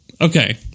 okay